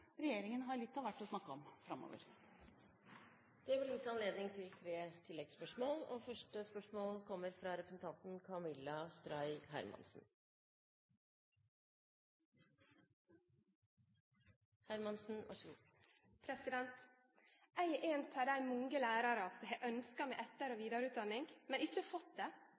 har litt av hvert å snakke om framover. Det blir gitt anledning til tre oppfølgingsspørsmål – først Camilla Storøy Hermansen. Eg er ein av dei mange lærarane som har ønskt seg etter- og vidareutdanning, men ikkje har fått det.